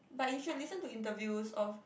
but you should listen to interviews of